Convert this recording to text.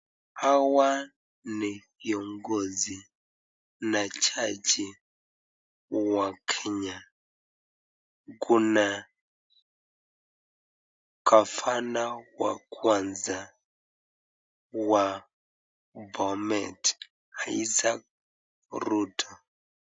Hawa ni viongozi na jaji wa Kenya, kuna gavana wa kwanza wa Bomet, Isaac Ruto.